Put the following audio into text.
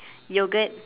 yogurt